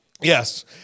Yes